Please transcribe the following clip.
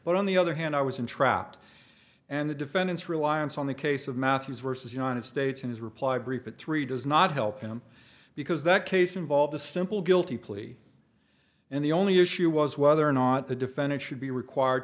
but on the other hand i was entrapped and the defendant's reliance on the case of matthew's versus united states in his reply brief at three does not help him because that case involved a simple guilty plea and the only issue was whether or not the defendant should be required